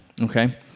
okay